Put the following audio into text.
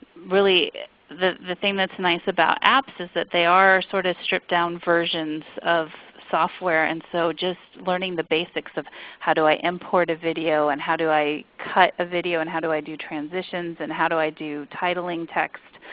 really the the thing that is nice about apps is that they are sort of stripped down versions of software. and so just learning the basics of how do i import a video, and how do i cut a video, and how do i do transitions, and how do i do titling text?